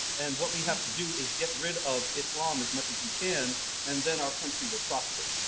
and what we have to do is get rid of islam as much as we can and then our country will prosper.